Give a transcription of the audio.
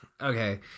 okay